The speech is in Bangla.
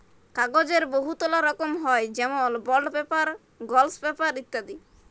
কাগ্যজের বহুতলা রকম হ্যয় যেমল বল্ড পেপার, গলস পেপার ইত্যাদি